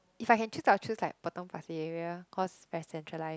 if I can choose I'll choose like Potong-Pasir area cause very centralised